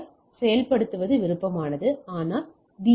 எஃப்செயல்படுத்துவது விருப்பமானது ஆனால் டி